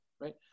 right